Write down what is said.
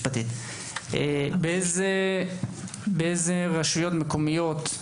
באילו רשויות מקומיות זה פועל.